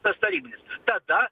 tas tarybinis tada